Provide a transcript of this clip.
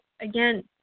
again